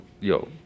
Yo